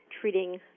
treating